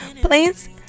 please